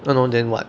!hannor! then [what]